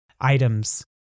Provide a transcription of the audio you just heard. items